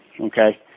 okay